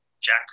Jack